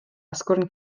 asgwrn